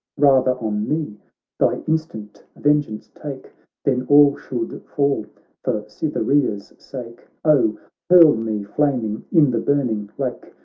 rather on me thy instant vengeance take than all should fall for cytherea's sake! oh! hurl me flaming in the burning lake,